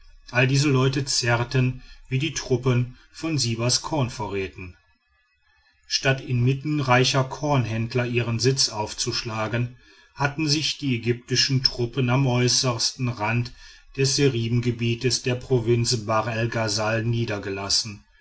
alle diese leute zehrten wie die truppen von sibers kornvorräten statt inmitten reicher kornhändler ihren sitz aufzuschlagen hatten sich die ägyptischen truppen am äußersten ende des seribengebiets der provinz bahr el ghasal niedergelassen